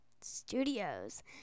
Studios